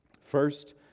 First